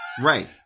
right